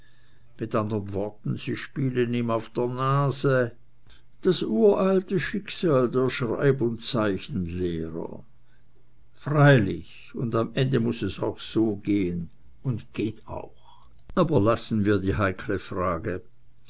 mit anderen worten sie spielen ihm auf der nase das uralte schicksal der schreib und zeichenlehrer freilich und am ende muß es auch so gehen und geht auch aber lassen wir die heikle frage